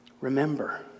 Remember